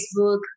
facebook